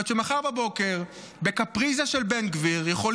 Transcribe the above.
אומרת שמחר בבוקר בקפריזה של בן גביר,